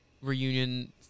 Reunion